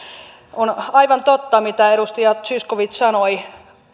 on aivan totta mitä edustaja zyskowicz sanoi